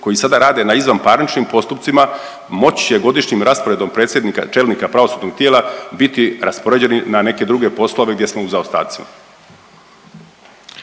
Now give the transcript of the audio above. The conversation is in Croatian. koji sada rade na izvanparničnim postupcima, moći će godišnjim rasporedom predsjednika, čelnika pravosudnog tijela biti raspoređeni na neke druge poslove gdje smo u zaostacima.